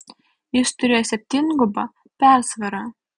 jis turėjo septyngubą persvarą